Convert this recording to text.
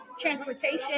transportation